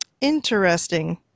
interesting